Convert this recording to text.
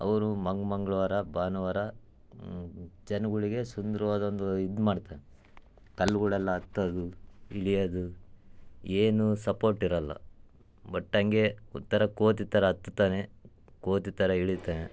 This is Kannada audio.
ಅವರು ಮಂಗ ಮಂಗಳ್ವಾರ ಭಾನುವಾರ ಜನ್ಗಳಿಗೆ ಸುಂದ್ರವಾದ ಒಂದು ಇದು ಮಾಡ್ತಾನೆ ಕಲ್ಗಳೆಲ್ಲ ಹತ್ತೋದು ಇಳಿಯೋದು ಏನೂ ಸಪೋರ್ಟ್ ಇರೋಲ್ಲ ಬಟ್ ಹಂಗೆ ಒಂಥರ ಕೋತಿ ಥರ ಹತ್ತುತ್ತಾನೆ ಕೋತಿ ಥರ ಇಳೀತಾನೆ